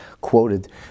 quoted